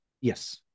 Yes